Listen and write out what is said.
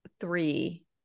three